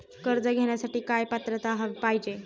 कर्ज घेण्यासाठी काय पात्रता पाहिजे?